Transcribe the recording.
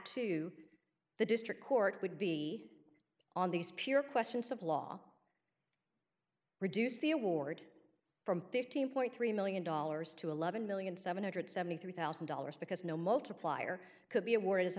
to the district court would be on these pure questions of law reduce the award from fifteen point three million dollars to eleven million seven hundred seventy three thousand dollars because no multiplier could be awarded as a